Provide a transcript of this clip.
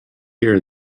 here